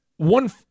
One